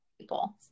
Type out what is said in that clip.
people